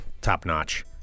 top-notch